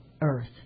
earth